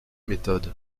méthode